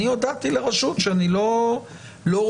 אני הודעתי לרשות שאני לא ראיתי,